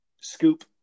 Scoop